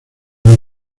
ven